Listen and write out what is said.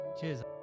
Cheers